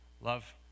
Love